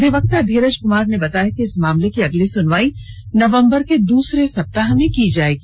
अधिवक्ता धीरज कुमार ने बताया कि इस मामले की अगली सुनवाई नवंबर के दुसरे सप्ताह में की जाएगी